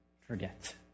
forget